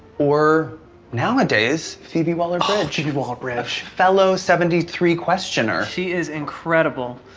or nowadays, phoebe waller-bridge. phoebe waller-bridge. a fellow seventy three questioner. she is incredible.